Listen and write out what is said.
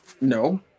No